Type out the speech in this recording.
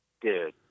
dude